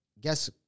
guess